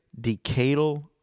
Decadal